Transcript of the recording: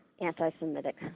Anti-Semitic